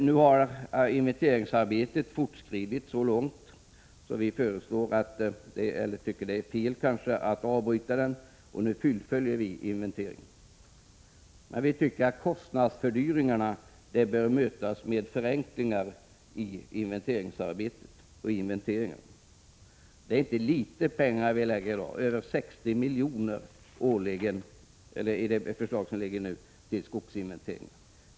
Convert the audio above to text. Nu har inventeringsarbetet fortskridit så långt att vi anser det vara fel att avbryta det, och vi vill därför fullfölja inventeringen. Men vi anser att kostnadsfördyringarna bör mötas med förenklingar i inventeringsarbetet. Det är inte litet pengar vi lägger ned på detta arbete. Enligt föreliggande förslag kommer kostnaderna för skogsinventeringen att uppgå till över 60 milj.kr. årligen.